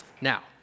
now